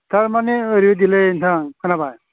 थारमाने ओरैबादिलै नोंथां खोनाबाय